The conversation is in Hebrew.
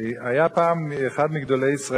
כך שמעתי פעם באגדות.